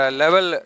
level